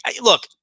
Look